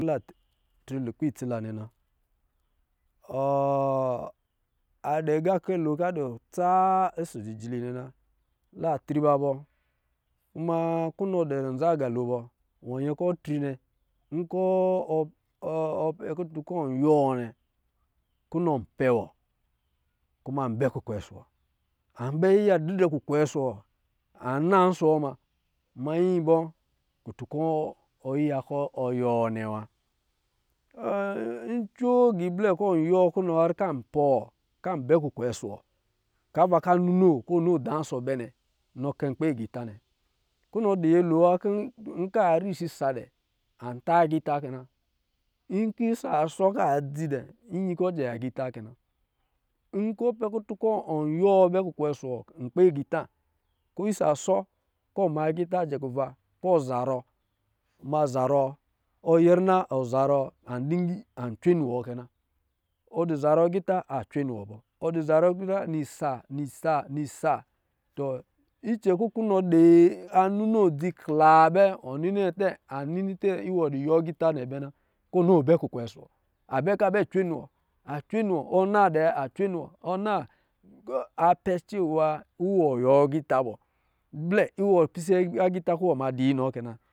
Kɔ̄ la tri lukp itso la nnɛ na a dɔ̄ agā kɛ lo kɔ̄ a dɔ̄ tsa ɔsɔ̄ jijili nnɛ na, la tri ba bɔ kuma kunɔ dɔ̄ nza aga lo bɔ wɔ nyɛ kɔ̄ ɔ tri nnɛ, nkɔ̄ pɛ kuta kɔ̄ ɔɔ pɛ kutu kɛ wɔ yiwɔ nnɛ kunɔ an pɛ wɔ kuma an bɛ kukwe ɔsɔ̄ wɔ. An bɛ drɛ kukwee ɔsɛ wɔ an naa nsɔ̄ wɔ muna manyi ibɔ kutan kɔ̄ ɔ yiya kɔ̄ ɔ yiwɔ nnɛ wa ncoo agā blɛ kɔ̄ yiwɔ kunɔ yar kɔ̄ an pɛ wɔ kɔ̄ an bɛ kukwee ɔsɔ̄ wɔ kɔ̄ ava kɔ̄ a nini wɔ kɔ̄ nini, wɔ kɔ̄ an da nsɔ bɛ nnɛ. Nɔ kɛ npi agita nnɛ nkɔ̄ a risisa dɛ an ta agita. Kɛ̄ na, nkɔ̄ isa sɔ. Kɔ̄ a dzi dɛ iyi kɔ ajɛ na gā ita kɛna, nkɔ̄ ɔ pɛ kutu kɔ̄ wɔ yiwɔ bɛ kukwe ɔsɔ̄ wɔ nkpi agā ita ko isa sɔ, kɔ̄ ɔ ma agita jɛ kuwa kɔ̄ ɔ zarɔ, ma zarɔ, ɔ yɛrina ɔ zarɔ an cwe niwɔ kɛna, ɔ dɔ̄ zarɔ agita adi cwe niwɔ bɔ, ɔ zarɔ aga itɔ nisa-nisa icɛ kɔ̄ dɔ̄ kɔ a nɔ dzi kla bɛ a ninitɛ kɔ̄ wɔ dɔ̄ yiwɔ agita nnɛ bɛ na kɔ̄ wɔ ninoɔ bɛ kukwe nsɔ̄ wɔ a bɛ kɔ̄ abɛ cwe niwɔ, a cwe niwɔ ɔ na dɛɛ a cwe niwɔ, ɔ na a pɛ i wɔ agita bɔ, blɛ iwɔ pisɛ agita kɔ̄ iwɔ ma dɔ inɔ kɛna